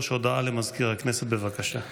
הודעה למזכיר הכנסת, בבקשה.